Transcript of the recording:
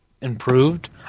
improved